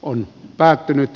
on päättynyt